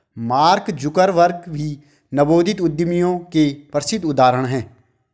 mark Zuckerberg भी नवोदित उद्यमियों के प्रसिद्ध उदाहरण हैं